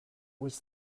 was